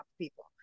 people